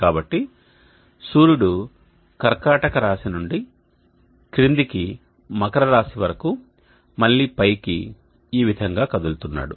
కాబట్టి సూర్యుడు కర్కాటక రాశి నుండి క్రిందికి మకరరాశి వరకు మళ్ళీ పైకి ఈ విధంగా కదులుతున్నాడు